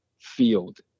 field